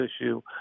issue